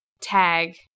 Tag